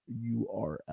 URL